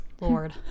Lord